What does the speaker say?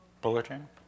bulletin